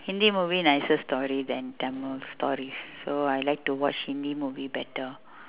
hindi movie nicer story than tamil stories so I like to watch hindi movie better